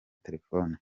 telefoni